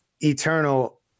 Eternal